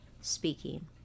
speaking